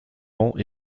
ans